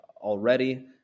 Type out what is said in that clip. already